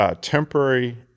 temporary